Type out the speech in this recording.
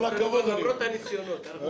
למרות הניסיונות.